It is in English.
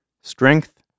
strength